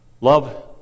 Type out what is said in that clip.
Love